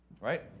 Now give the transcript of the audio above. right